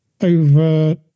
over